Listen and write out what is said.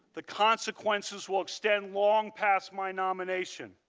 the consequences will extend long pass my nomination.